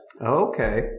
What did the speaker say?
Okay